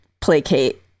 placate